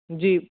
जी